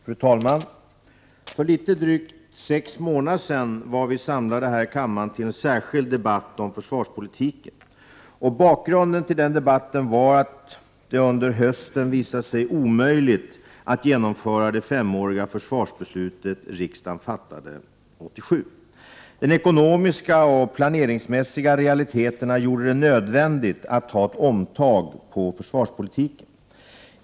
Fru talman! För litet drygt sex månader sedan var vi samlade här i kammaren till en särskild debatt om försvarspolitiken. Bakgrunden till den debatten var att det under hösten visat sig omöjligt att genomföra det femåriga försvarsbeslut riksdagen fattade 1987. De ekonomiska och planeringsmässiga realiteterna gjorde det nödvändigt att ta ett omtag på försvarspolitiken.